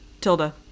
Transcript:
Tilda